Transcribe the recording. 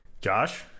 Josh